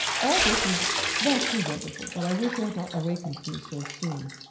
all this is vastly wonderful but i wish you had not awakened me so soon.